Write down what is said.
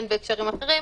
הן בהקשרים אחרים,